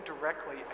directly